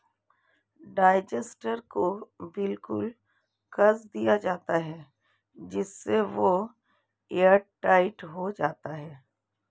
digester को बिल्कुल कस दिया जाता है जिससे वह एयरटाइट हो जाता है